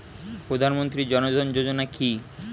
প্রধানমন্ত্রী জনধন যোজনা কি?